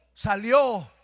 Salió